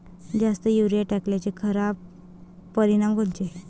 जास्त युरीया टाकल्याचे खराब परिनाम कोनचे?